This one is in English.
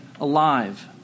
alive